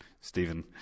Stephen